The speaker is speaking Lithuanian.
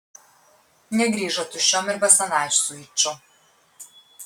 negrįžo tuščiom ir basanavičius su yču